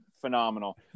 phenomenal